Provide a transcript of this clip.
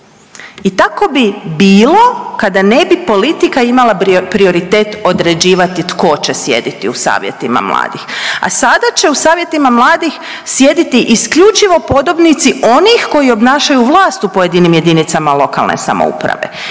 I tako bi bilo kada ne bi politika imala prioritet određivati tko će sjediti u savjetima mladih, a sada će u savjetima mladih sjediti isključivo podobnici onih koji obnašaju vlast u pojedinim jedinicama lokalne samouprave.